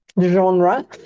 genre